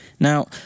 Now